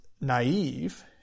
naive